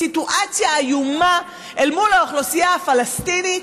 סיטואציה איומה אל מול האוכלוסייה הפלסטינית.